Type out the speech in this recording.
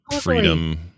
Freedom